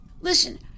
Listen